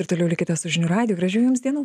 ir toliau likite su žinių radiju gražių jums dienų